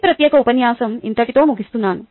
ఈ ప్రత్యేక ఉపన్యాసం ఇంతటితో ముగిస్తున్నాను